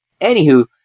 anywho